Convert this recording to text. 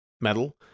metal